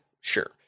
sure